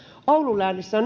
oulun läänissä